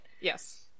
Yes